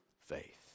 faith